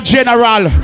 General